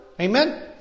amen